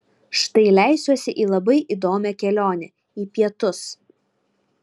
štai leisiuosi į labai įdomią kelionę į pietus